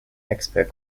expert